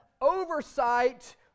oversight